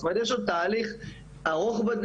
זאת אומרת, יש עוד תהליך ארוך בדרך.